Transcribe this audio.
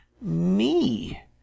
Me